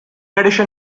addition